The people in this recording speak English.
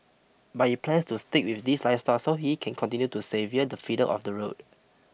but he plans to stick with this lifestyle so he can continue to savour the freedom of the road